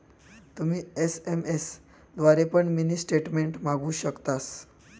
तुम्ही एस.एम.एस द्वारे पण मिनी स्टेटमेंट मागवु शकतास